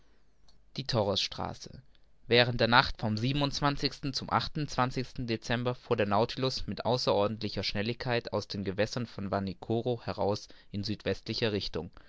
die torres straße während der nacht vom zum dezember fuhr der nautilus mit außerordentlicher schnelligkeit aus den gewässern von vanikoro heraus in südwestlicher richtung